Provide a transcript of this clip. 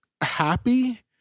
happy